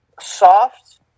soft